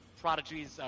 prodigies